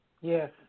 Yes